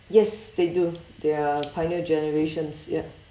yes they do they're pioneer generations yup